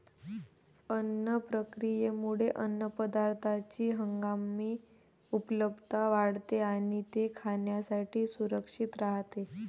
अन्न प्रक्रियेमुळे अन्नपदार्थांची हंगामी उपलब्धता वाढते आणि ते खाण्यासाठी सुरक्षित राहते